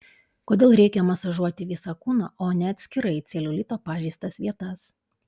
kodėl reikia masažuoti visą kūną o ne atskirai celiulito pažeistas vietas